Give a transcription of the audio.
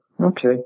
okay